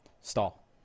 Stall